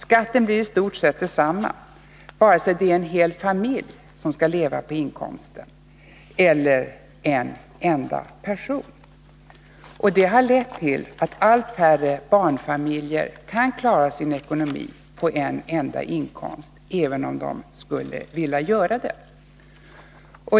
Skatten blir i stort sett densamma, vare sig det är en hel familj som skall leva på inkomsten eller en enda person. Detta har lett till att allt färre barnfamiljer kan klara sin ekonomi på en enda inkomst, även om de skulle vilja göra det.